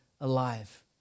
alive